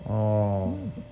orh